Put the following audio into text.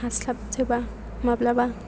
हास्लाबजोबा माब्लाबा